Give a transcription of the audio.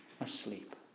asleep